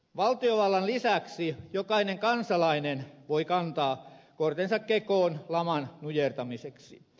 valtiovallan lisäksi jokainen kansalainen voi kantaa kortensa kekoon laman nujertamiseksi